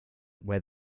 where